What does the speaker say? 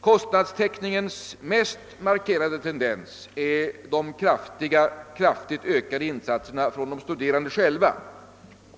Kostnadstäckningens mest markerade tendens är de kraftigt ökade insatserna från de studerande själva.